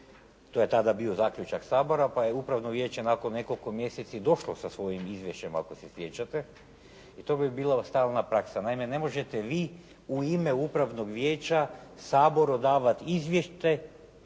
to je tada bio zaključak Sabora pa je upravno vijeće nakon nekoliko mjeseci došlo sa svojim izvješćem ako se sjećate i to bi bila stalna praksa. Naime ne možete vi u ime upravnog vijeća Saboru davati izvješće